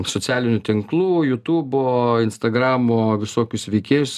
socialinių tinklų jutūbo instagramo visokius veikėjus